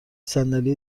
صندلی